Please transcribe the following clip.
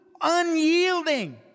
unyielding